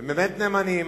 הם באמת נאמנים.